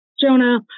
Jonah